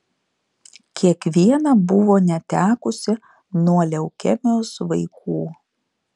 kiekviena buvo netekusi nuo leukemijos vaikų